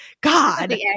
God